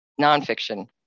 Nonfiction